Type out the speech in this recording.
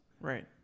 right